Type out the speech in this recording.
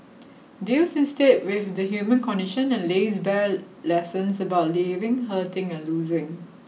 deals instead with the human condition and lays bare lessons about living hurting and losing